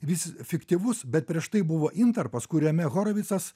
vis fiktyvus bet prieš tai buvo intarpas kuriame horovicas